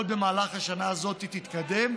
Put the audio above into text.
עוד במהלך השנה הזאת היא תתקדם.